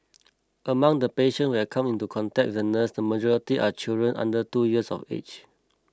among the patient we are coming into contact with the nurse the majority are children under two years of age